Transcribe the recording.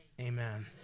amen